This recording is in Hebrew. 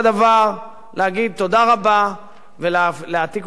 להגיד תודה רבה ולהעתיק אותם למקום אחר,